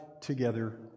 together